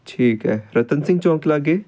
ਠੀਕ ਹੈ ਰਤਨ ਸਿੰਘ ਚੌਂਕ ਲਾਗੇ